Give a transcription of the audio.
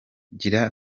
kugira